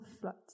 floods